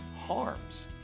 harms